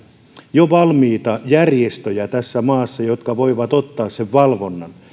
jo valmiita järjestöjä tässä maassa jotka voivat ottaa sen valvonnan